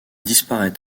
disparait